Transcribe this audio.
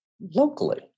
locally